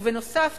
ובנוסף,